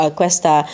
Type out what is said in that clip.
questa